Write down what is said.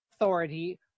authority